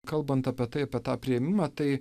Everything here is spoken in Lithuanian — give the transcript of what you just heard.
kalbant apie tai apie tą priėmimą tai